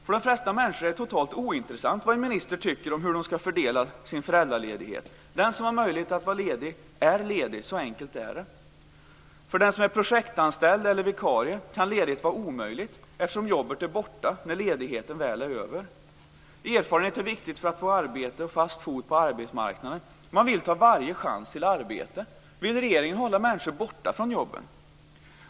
För de flesta människor är det totalt ointressant vad en minister tycker om hur de ska fördela sin föräldraledighet. Den som har möjlighet att vara ledig är ledig. Så enkelt är det. För den som är projektanställd eller vikarie kan ledighet vara omöjligt, eftersom jobbet är borta när ledigheten väl är över. Erfarenhet är viktigt för att få arbete och en fast fot på arbetsmarknaden. Man vill ta varje chans till arbete. Vill regeringen hålla människor borta från jobben?